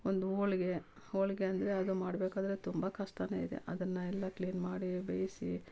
ಒಂದು ಹೋಳ್ಗೆ ಹೋಳಿಗೆ ಅಂದರೆ ಅದು ಮಾಡಬೇಕಾದ್ರೆ ತುಂಬ ಕಷ್ಟ ಇದೆ ಅದನ್ನು ಎಲ್ಲ ಕ್ಲೀನ್ ಮಾಡಿ ಬೇಯಿಸಿ